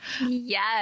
yes